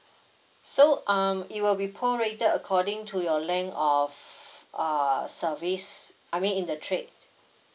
so um it will be prorated according to your length of uh service I mean in the trade